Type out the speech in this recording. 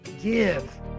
Give